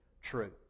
true